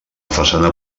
façana